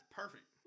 perfect